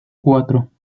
cuatro